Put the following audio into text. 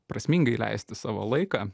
prasmingai leisti savo laiką